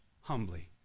humbly